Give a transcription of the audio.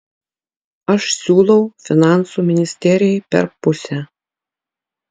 aš siūlau finansų ministerijai per pusę